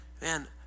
man